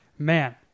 Man